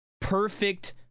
Perfect